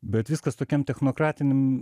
bet viskas tokiam technokratiniam